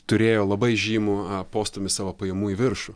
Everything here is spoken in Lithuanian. turėjo labai žymų postūmį savo pajamų į viršų